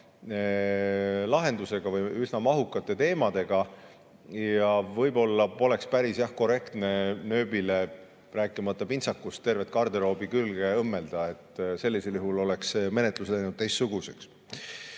lahendusega, üsna mahukate teemadega. Ja võib-olla poleks päris korrektne nööbile, rääkimata pintsakust, tervet garderoobi külge õmmelda, kuna sellisel juhul oleks see menetlus läinud teistsuguseks.